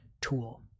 tool